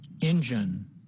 engine